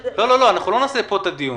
לא, לא, לא, אנחנו לא נקיים פה את הדיון.